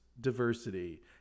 diversity